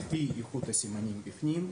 לפי איכות הסימנים בפנים.